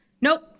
nope